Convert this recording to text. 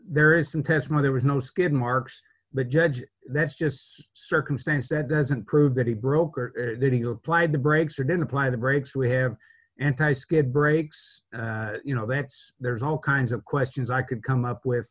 there is some test more there was no skidmarks but judge that's just circumstance that doesn't prove that he broke or did he applied the brakes or didn't apply the brakes we have anti skid brakes you know that there's all kinds of questions i could come up with